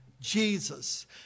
Jesus